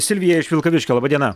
silvija iš vilkaviškio laba diena